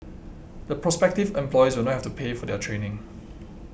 the prospective employees will not have to pay for their training